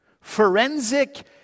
Forensic